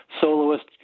soloist